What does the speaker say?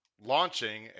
launching